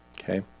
Okay